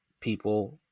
people